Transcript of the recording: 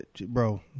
bro